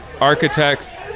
architects